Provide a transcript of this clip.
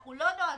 אנחנו לא נוהגים